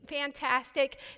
fantastic